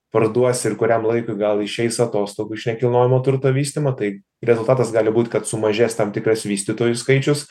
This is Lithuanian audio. parduos ir kuriam laikui gal išeis atostogų iš nekilnojamo turto vystymo tai rezultatas gali būt kad sumažės tam tikras vystytojų skaičius